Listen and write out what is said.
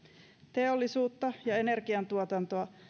teollisuutta ja energiantuotantoa